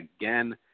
again